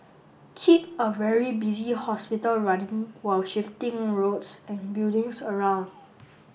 keep a very busy hospital running while shifting roads and buildings around